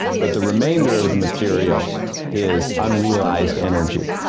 but the remainder of the material is unrealized energy.